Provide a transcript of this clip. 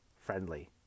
friendly